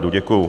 Děkuju.